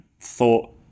thought